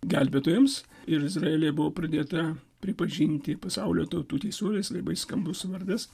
gelbėtojams ir izraelyje buvo pradėta pripažinti pasaulio tautų teisuoliais labai skambus vardas